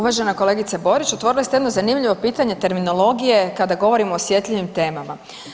Uvažena kolegice Borić otvorili ste jedno zanimljivo pitanje terminologije kada govorimo o osjetljivim temama.